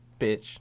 bitch